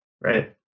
right